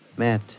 Matt